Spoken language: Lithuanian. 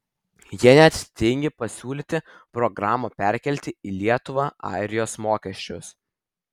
jie net tingi pasiūlyti programą perkelti į lietuvą airijos mokesčius